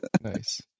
Nice